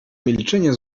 milczenie